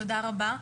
תודה רבה.